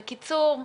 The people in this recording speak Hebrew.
בקיצור,